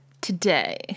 today